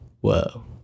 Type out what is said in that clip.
Whoa